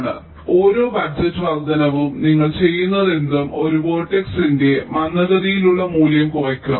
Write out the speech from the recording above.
അതിനാൽ ഓരോ ബജറ്റ് വർദ്ധനവും നിങ്ങൾ ചെയ്യുന്നതെന്തും ഒരു വെർട്ടെക്സിന്റെ മന്ദഗതിയിലുള്ള മൂല്യം കുറയ്ക്കും